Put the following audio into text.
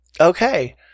Okay